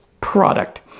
product